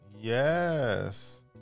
Yes